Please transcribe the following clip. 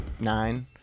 nine